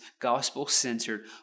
gospel-centered